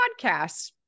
podcasts